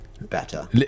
better